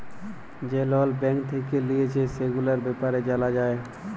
যে লল ব্যাঙ্ক থেক্যে লিয়েছে, সেগুলার ব্যাপারে জালা যায়